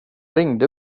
ringde